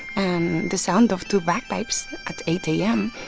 and the sound of two bagpipes at eight a m.